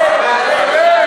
תעלה.